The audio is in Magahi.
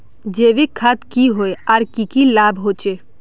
जैविक खाद की होय आर की की लाभ होचे?